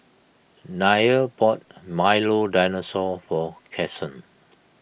Nia bought Milo Dinosaur for Cason